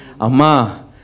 ama